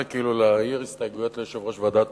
כאילו להעיר הסתייגויות ליושב-ראש ועדת